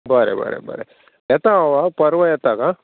बरें बरें बरें येता हांव हांव परवां येता आं